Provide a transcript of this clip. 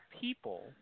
people